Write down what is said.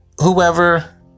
whoever